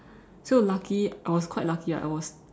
so lucky I was quite lucky I was